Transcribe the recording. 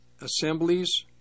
assemblies